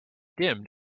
dimmed